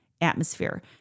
atmosphere